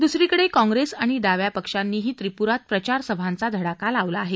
दुसरीकडे काँप्रेस आणि डाव्या पक्षांनीही त्रिपुरात प्रचारसभांचा धडाका लावला आहे